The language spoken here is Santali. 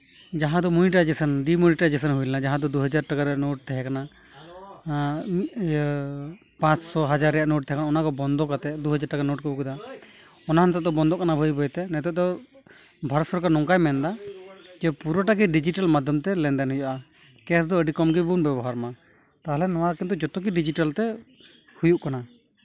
ᱡᱟᱦᱟᱸ ᱫᱚ ᱢᱚᱱᱤᱴᱟᱭᱡᱮᱥᱚᱱ ᱰᱤᱼᱢᱚᱱᱤᱴᱟᱭᱡᱮᱥᱚᱱ ᱦᱩᱭ ᱞᱮᱱᱟ ᱡᱟᱦᱟᱸ ᱫᱚ ᱫᱩ ᱦᱟᱡᱟᱨ ᱴᱟᱠᱟ ᱨᱮᱱᱟᱜ ᱱᱳᱴ ᱛᱟᱦᱮᱸᱠᱟᱱᱟ ᱤᱭᱟᱹ ᱯᱟᱸᱪ ᱦᱟᱡᱟᱨ ᱨᱮᱭᱟᱜ ᱱᱳᱴ ᱛᱟᱦᱮᱸᱠᱟᱱᱟ ᱚᱱᱟ ᱠᱚ ᱵᱚᱱᱫᱚ ᱠᱟᱛᱮᱫ ᱫᱩ ᱦᱟᱡᱟᱨ ᱴᱟᱠᱟ ᱱᱳᱴ ᱠᱚ ᱟᱹᱜᱩ ᱠᱮᱫᱟ ᱚᱱᱟ ᱦᱚᱸ ᱱᱤᱛᱳᱜ ᱫᱚ ᱵᱚᱱᱫᱚᱜ ᱠᱟᱱᱟ ᱵᱟᱹᱭ ᱵᱟᱹᱭ ᱛᱮ ᱱᱤᱛᱳᱜ ᱫᱚ ᱵᱷᱟᱨᱚᱛ ᱥᱚᱨᱠᱟᱨ ᱱᱚᱝᱠᱟᱭ ᱢᱮᱱᱫᱟ ᱡᱮ ᱯᱩᱨᱟᱹᱴᱟ ᱜᱮ ᱰᱤᱡᱤᱴᱮᱞ ᱢᱟᱫᱽᱫᱷᱚᱢ ᱛᱮ ᱞᱮᱱᱫᱮᱱ ᱦᱩᱭᱩᱜᱼᱟ ᱠᱮᱥ ᱫᱚ ᱟᱹᱰᱤ ᱠᱚᱢ ᱜᱮᱵᱚᱱ ᱵᱮᱵᱚᱦᱟᱨ ᱢᱟ ᱛᱟᱦᱚᱞᱮ ᱱᱚᱣᱟ ᱠᱚᱫᱚ ᱡᱚᱛᱚ ᱜᱮ ᱰᱤᱡᱤᱴᱮᱞ ᱛᱮ ᱦᱩᱭᱩᱜ ᱠᱟᱱᱟ